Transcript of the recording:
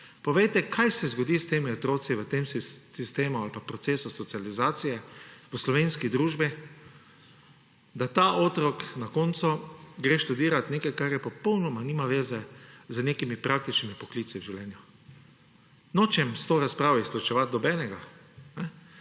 Povejte, kaj se zgodi s temi otroci v tem sistemu ali pa procesu socializacije v slovenski družbi, da ta otrok na koncu gre študirati nekaj, kar popolnoma nima zveze z nekimi praktičnimi poklici v življenju! Nočem s to razpravo izključevati nobenega,